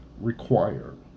required